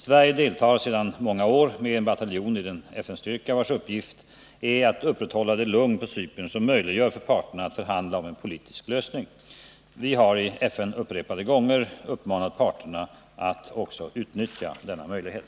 Sverige deltar sedan många år med en bataljon i den FN-styrka vars uppgift är att upprätthålla det lugn på Cypern som möjliggör för parterna att förhandla om en politisk lösning. Vi har i FN upprepade gånger uppmanat parterna att också utnyttja denna möjlighet.